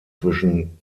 zwischen